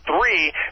three